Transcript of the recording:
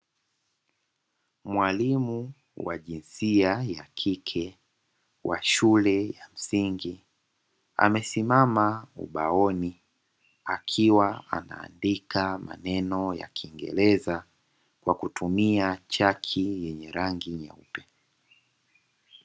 Mwalimu wa jinsia ya kike wa shule ya msingi, amesimama ubaoni akiwa anaandika maneno ya kingereza kwa kutumia chaki yenye rangi nyeupe.